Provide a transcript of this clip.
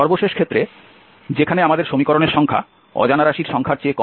সর্বশেষ ক্ষেত্রে যেখানে আমাদের সমীকরণের সংখ্যা অজানা রাশির সংখ্যার চেয়ে কম